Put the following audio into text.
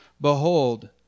Behold